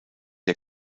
der